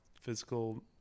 physical